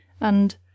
and